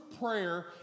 prayer